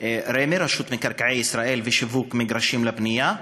רשות מקרקעי ישראל ושיווק מגרשים לבנייה,